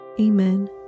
Amen